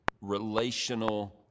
relational